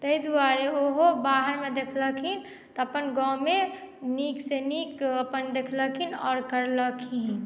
ताहि दुआरे ओहो बाहरमे देखलखिन तऽ अपन गाॅंवमे नीक सँ नीक अपन देखलखिन आओर करलखिन